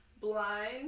Blind